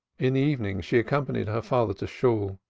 in the evening she accompanied her father to shool.